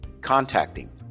contacting